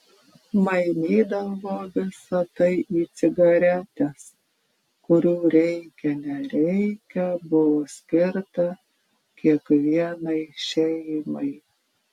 mainydavo visa tai į cigaretes kurių reikia nereikia buvo skirta kiekvienai šeimai